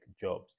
jobs